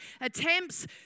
attempts